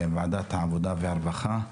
בטיחות בעבודה של ועדת העבודה והרווחה.